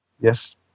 Yes